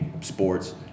sports